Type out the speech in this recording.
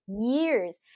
years